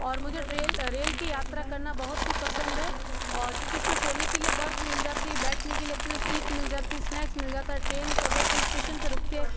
और मुझे ट्रेल रेल की यात्रा करना बहुत ही पसंद है और क्योंकि इसमें सोने के लिए बर्थ मिल जाती है बैठने के लिए अच्छे से सीट मिल जाती स्नेक्स मिल जाता है ट्रेन का अगर कहीं स्टेशन पर रुकती है